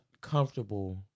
comfortable